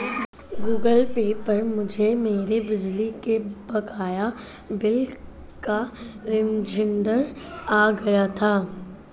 Google Pay पर मुझे मेरे बिजली के बकाया बिल का रिमाइन्डर आ गया था